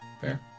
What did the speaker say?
Fair